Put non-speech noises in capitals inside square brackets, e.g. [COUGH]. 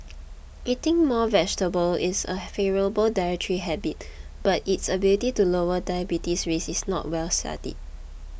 eating more vegetables is a [NOISE] favourable dietary habit but its ability to lower diabetes risk is not well studied